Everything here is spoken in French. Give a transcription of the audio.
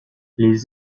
les